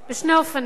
בשני אופנים: